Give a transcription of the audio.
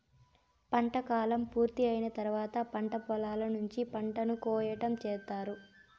పంట కాలం పూర్తి అయిన తర్వాత పంట పొలాల నుంచి పంటను కోయటం చేత్తారు